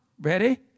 Ready